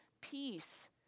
peace